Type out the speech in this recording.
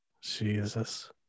Jesus